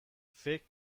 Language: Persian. فکر